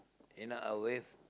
you know a wave